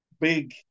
big